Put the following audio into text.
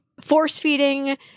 force-feeding